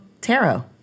tarot